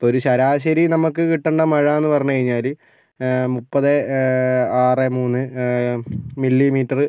അപ്പോഴൊരു ശരാശരി നമുക്ക് കിട്ടേണ്ട മഴയെന്ന് പറഞ്ഞ് കഴിഞ്ഞാൽ മുപ്പത് ആറ് മൂന്ന് മില്ലീ മീറ്റർ